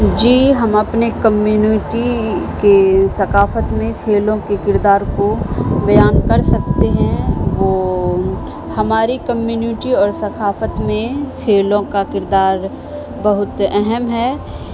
جی ہم اپنے کمیونٹی کے ثقافت میں کھیلوں کے کردار کو بیان کر سکتے ہیں وہ ہماری کمیونٹی اور ثقافت میں کھیلوں کا کردار بہت اہم ہے